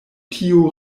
tio